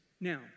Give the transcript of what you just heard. Now